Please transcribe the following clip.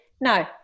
No